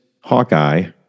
Hawkeye